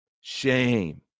Shame